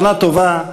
שנה טובה,